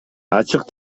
ачык